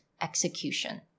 execution